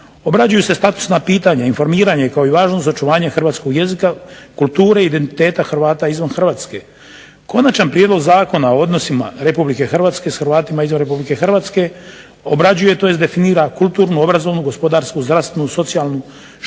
obrađuju se statusna pitanja, informiranje kao i važnost za očuvanje hrvatskog jezika, kulture i identiteta Hrvata izvan Hrvatske. Konačan prijedlog Zakona o odnosima RH s Hrvatima izvan RH obrađuje tj. definira kulturnu, obrazovnu, gospodarsku, zdravstvenu, socijalnu,